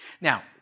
Now